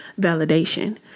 validation